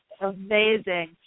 amazing